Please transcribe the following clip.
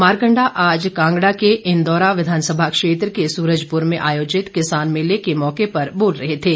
मारकंडा आज कांगड़ा के इंदौरा विधानसभा क्षेत्र के सूरजपुर में आयोजित किसान मेले के मौके पर बोल रहे थे